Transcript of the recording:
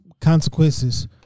consequences